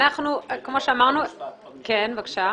כפי שאמרנו --- עוד משפט חשוב.